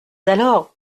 alors